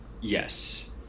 Yes